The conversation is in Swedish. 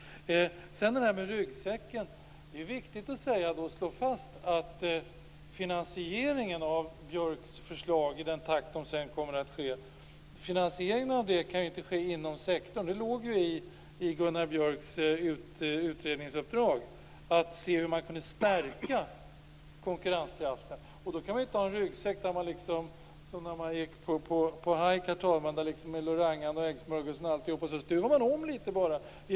Det är viktigt att slå fast att finansieringen av Björks förslag, i den takt de nu genomförs, inte kan göras inom sektorn. Ett av Gunnar Björks utredningsuppdrag var att se hur man kunde stärka konkurrenskraften. Då kan man ju inte ha en ryggsäck där man bara stuvar om litet grand, precis som när man gick på hajk med Lorangan, äggsmörgåsen och alltihop.